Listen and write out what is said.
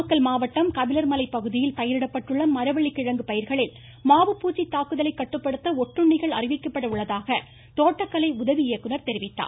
நாமக்கல் மாவட்டம் கபிலர்மலை பகுதியில் பயிரிடப்பட்டுள்ள மரவள்ளி கிழங்கு பயிர்களில் மாவு பூச்சி தாக்குதலை கட்டுப்படுத்த ஒட்டுண்ணிகள் அறிவிக்கப்பட உள்ளதாக தோட்டக்கலை உதவி இயக்குநர் தெரிவித்தார்